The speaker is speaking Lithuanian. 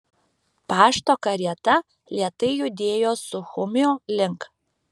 pašto karieta lėtai judėjo suchumio link